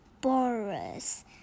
Boris